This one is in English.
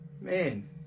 Man